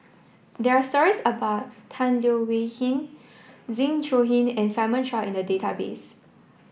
there are stories about Tan Leo Wee Hin Zeng Shouyin and Simon Chua in the database